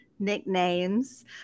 Nicknames